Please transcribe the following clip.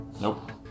Nope